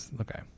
Okay